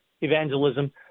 evangelism